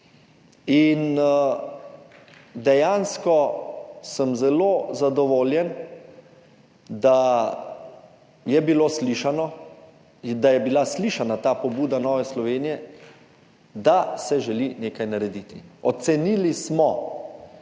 Dejansko sem zelo zadovoljen, da je bila slišana ta pobuda Nove Slovenije, da se želi nekaj narediti. Ocenili smo,